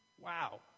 Wow